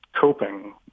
coping